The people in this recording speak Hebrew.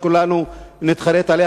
שכולנו נתחרט עליה,